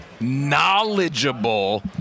knowledgeable